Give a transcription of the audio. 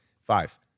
Five